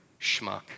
schmuck